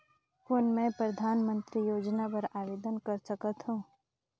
कौन मैं परधानमंतरी योजना बर आवेदन कर सकथव?